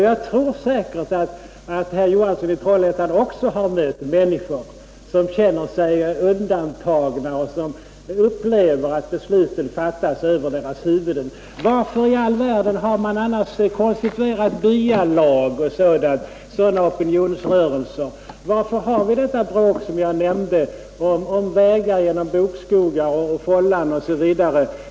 Jag tror säkert att också herr Johansson i Trollhättan har mött människor som känner sig utanför och som upplever att besluten fattas över deras huvuden. Varför i all världen skulle man annars ha konstituerat byalag och andra sådana opinionsrörelser? Varför har vi protester som jag nämnde, om vägar genom bokskogar, om Fållan osv?